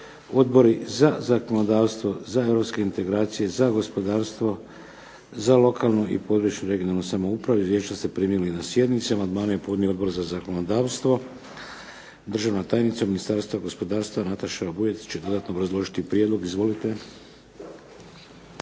Odbori za zakonodavstvo, za europske integracije, za gospodarstvo, za lokalnu i područnu (regionalnu) samoupravu. Izvješća ste primili na sjednici. Amandmane je podnio Odbor za zakonodavstvo. Državna tajnica Ministarstva gospodarstva Nataša Vujec će dodatno obrazložiti prijedlog. Izvolite.